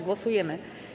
Głosujemy.